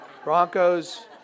Broncos